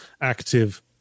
active